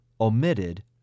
omitted